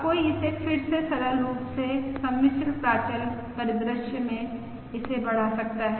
अब कोई इसे फिर से सरल रूप से सम्मिश्र प्राचल परिदृश्य में इसे बढ़ा सकता है